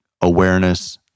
awareness